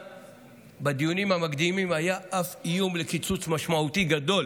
בדיונים המקדימים היה אף איום לקיצוץ משמעותי גדול